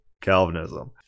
Calvinism